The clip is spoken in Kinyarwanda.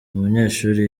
umunyeshuri